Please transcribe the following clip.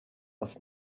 off